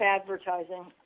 advertising